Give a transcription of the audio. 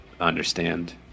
understand